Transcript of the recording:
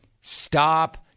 stop